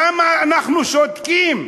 למה אנחנו שותקים?